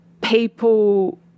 people